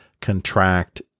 contract